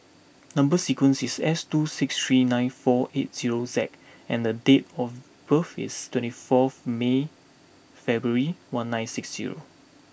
number sequence is S two six three nine four eight zero Z and the date of birth is twenty four me February one nine six zero